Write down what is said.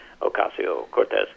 Ocasio-Cortez